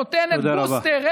נותנת בוסטר, תודה רבה, נא לסיים.